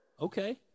Okay